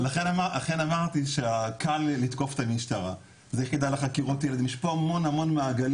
בריינר הכתב מהארץ שהעלה לסדר היום אירוע שקרה לפני כמעט 10